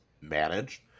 managed